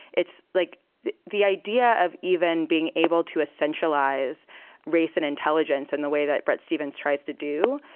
it's like the the idea of even being able to a centralize race and intelligence and the way that bret stephens tries to do,